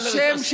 עכשיו,